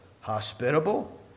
hospitable